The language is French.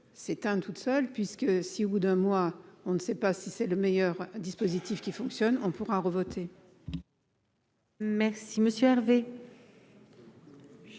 s'éteint toute seule puisque, si au bout d'un mois, on ne sait pas si c'est le meilleur dispositif qui fonctionne, on pourra revoter. Merci Monsieur Hervé.